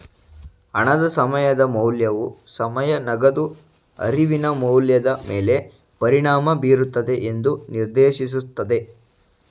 ಹಣದ ಸಮಯದ ಮೌಲ್ಯವು ಸಮಯ ನಗದು ಅರಿವಿನ ಮೌಲ್ಯದ ಮೇಲೆ ಪರಿಣಾಮ ಬೀರುತ್ತದೆ ಎಂದು ನಿರ್ದೇಶಿಸುತ್ತದೆ